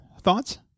thoughts